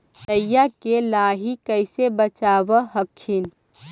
राईया के लाहि कैसे बचाब हखिन?